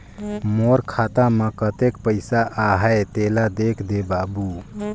मोर खाता मे कतेक पइसा आहाय तेला देख दे बाबु?